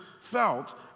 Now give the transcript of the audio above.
felt